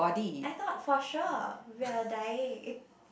I thought for sure we're dying